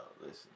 listen